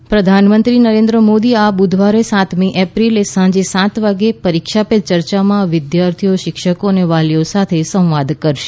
પરીક્ષા પે ચર્ચા પ્રધાનમંત્રી નરેન્દ્ર મોદી આ બુધવારે સાતમી એપ્રિલે સાંજે સાત વાગ્યે પરીક્ષા પે ચર્ચામાં વિદ્યાર્થીઓ શિક્ષકો અને વાલીઓ સાથે સંવાદ કરશે